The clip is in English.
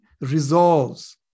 resolves